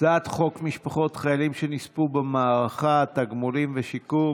הצעת חוק משפחות חיילים שנספו במערכה (תגמולים ושיקום)